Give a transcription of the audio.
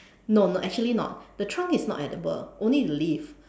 no no actually not the trunk is not edible only the leaf